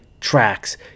tracks